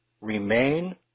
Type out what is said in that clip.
Remain